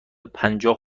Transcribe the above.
پنجاه